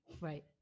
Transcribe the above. Right